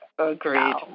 Agreed